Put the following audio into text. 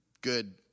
good